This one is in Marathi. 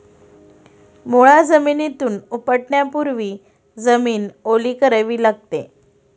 मुळा जमिनीतून उपटण्यापूर्वी जमीन ओली करावी लागते